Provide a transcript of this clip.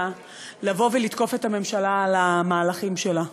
לבוא ולתקוף את הממשלה על המהלכים שלה,